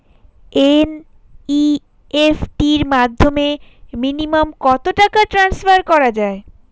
NEFT র মাধ্যমে minimum কত টাকা ট্রান্সফার করা যায়?